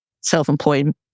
self-employed